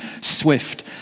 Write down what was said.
swift